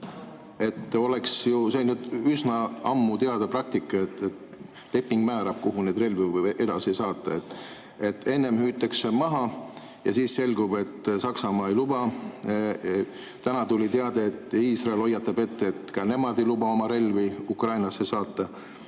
On ju üsna ammu teada praktika, et leping määrab, kuhu [ostetud] relvi võib edasi saata. Enne hüütakse [relvatoetus] maha, ja siis selgub, et Saksamaa ei luba. Täna tuli teade, et Iisrael hoiatab ette, et ka nemad ei luba oma relvi Ukrainasse saata.